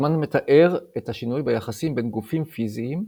הזמן מתאר את השינוי ביחסים בין גופים פיזיים,